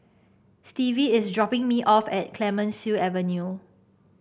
Stevie is dropping me off at Clemenceau Avenue